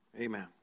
Amen